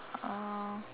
uh